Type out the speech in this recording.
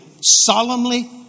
solemnly